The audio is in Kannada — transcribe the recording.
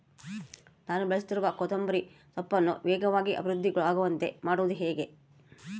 ನಾನು ಬೆಳೆಸುತ್ತಿರುವ ಕೊತ್ತಂಬರಿ ಸೊಪ್ಪನ್ನು ವೇಗವಾಗಿ ಅಭಿವೃದ್ಧಿ ಆಗುವಂತೆ ಮಾಡುವುದು ಹೇಗೆ?